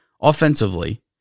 offensively